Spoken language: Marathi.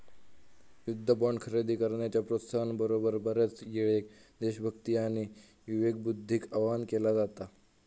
युद्ध बॉण्ड खरेदी करण्याच्या प्रोत्साहना बरोबर, बऱ्याचयेळेक देशभक्ती आणि विवेकबुद्धीक आवाहन केला जाता